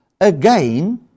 again